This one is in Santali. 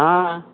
ᱦᱮᱸ